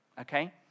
okay